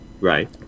Right